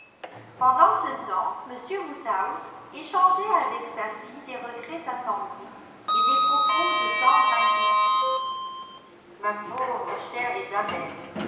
pendant ce temps m woodhouse échangeait avec sa fille des regrets attendris et des propos de tendre inquiétude ma pauvre chère isabelle